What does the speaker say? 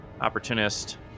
opportunist